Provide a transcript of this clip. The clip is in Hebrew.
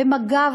במג"ב,